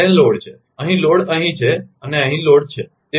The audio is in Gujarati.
અને લોડ છે અહીં લોડ અહીં છે અને લોડ અહીં છે